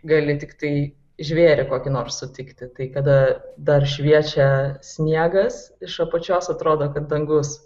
gali tiktai žvėrį kokį nors sutikti kai kada dar šviečia sniegas iš apačios atrodo kad dangus